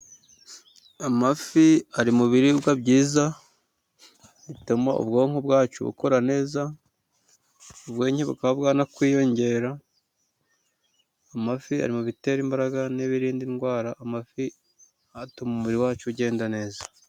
Amafi ari mu biribwa byiza bituma ubwonko bwacu bukora neza, ubwenge bukaba bwanakwiyongera. Amafi ari mu bitera imbaraga n'ibirindwara. Amafi atuma umubiri wacu ugenda neza.